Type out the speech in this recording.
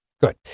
Good